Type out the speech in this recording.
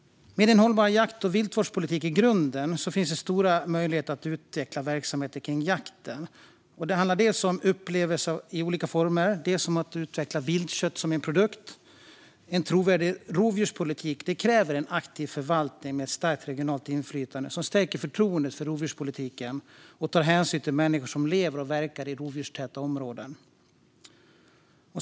Med en hållbar jakt och viltvårdspolitik i grunden finns det stora möjligheter att utveckla verksamheter kring jakten. Det handlar dels om upplevelser i olika former, dels om att utveckla viltkött som produkt. En trovärdig rovdjurspolitik kräver en aktiv förvaltning med starkt regionalt inflytande som stärker förtroendet för rovdjurspolitiken och tar hänsyn till de människor som lever och verkar i rovdjurstäta områden.